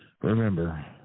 remember